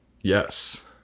Yes